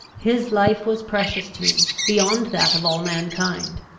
his life was precious to me, beyond that of all mankind.